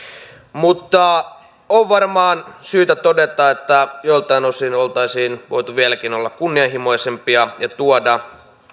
mutta on varmaan syytä todeta että joiltain osin oltaisiin voitu olla vieläkin kunnianhimoisempia ja tuoda